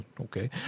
Okay